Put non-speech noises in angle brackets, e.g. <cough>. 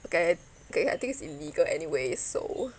<breath> okay I okay I think it's illegal anyways so